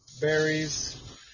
berries